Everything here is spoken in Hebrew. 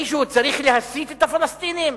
מישהו צריך להסית את הפלסטינים?